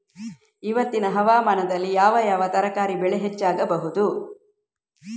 ಇವತ್ತಿನ ಹವಾಮಾನದಲ್ಲಿ ಯಾವ ಯಾವ ತರಕಾರಿ ಬೆಳೆ ಹೆಚ್ಚಾಗಬಹುದು?